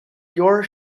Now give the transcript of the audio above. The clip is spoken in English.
your